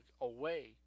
away